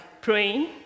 praying